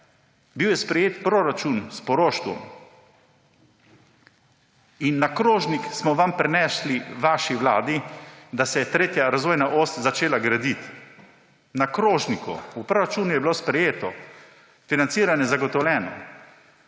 Bil je sprejet proračun s poroštvom in na krožniku smo prinesli vaši vladi, da se je tretja razvojna os začela graditi. V proračunu je bilo sprejeto, financiranje zagotovljeno,